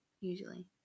usually